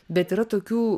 bet yra tokių